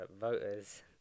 voters